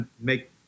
make